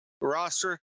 roster